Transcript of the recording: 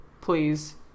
please